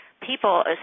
people